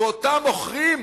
ואותם מוכרים,